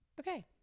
Okay